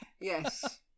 Yes